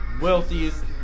wealthiest